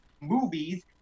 movies